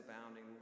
abounding